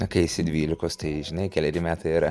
na kai esi dvylikos tai žinai keleri metai yra